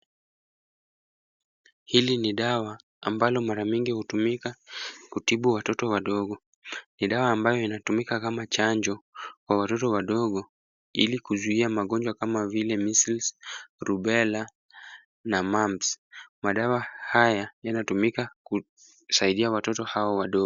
Hili ni dawa ambalo mara mingi hutumika kutibu watoto wadogo. Ni dawa ambayo inatumika kama chanjo, kwa watoto wadogo ili kuzuia magonjwa kama measles& , rubella, na mumps. Madawa haya yanatumika kusaidia watoto hawa wadogo.